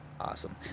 awesome